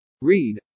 Read